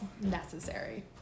necessary